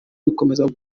bikomeza